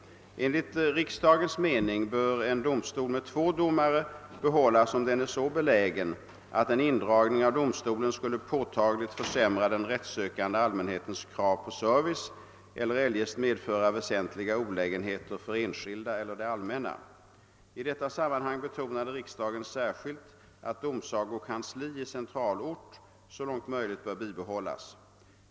Enligt riksdagens mening bör en domstol med två domare behållas, om den är så belägen att en indragning av domstolen skulle påtagligt försämra den rättssökande allmänhetens krav på service eller eljest medföra väsentliga olägenheter för enskilda eller det allmänna. I detta sammanhang betonade riksdagen särskilt att domsagokansli i centralort så långt möjligt bör bibehållas.